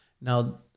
Now